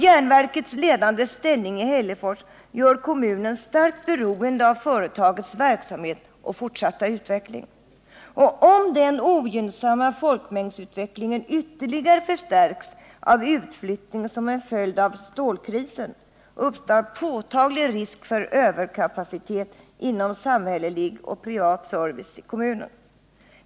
Järnverkets ledande ställning i Hällefors gör kommunen starkt beroende av företagets verksamhet och fortsatta utveckling. Om den ogynnsamma folkmängdsutvecklingen ytterligare förstärks av utflyttning som en följd av stålkrisen uppstår påtaglig risk för överkapacitet inom samhällelig och privat service i kommunen.